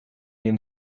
dem